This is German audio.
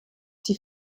die